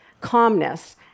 calmness